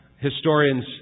historians